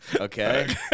okay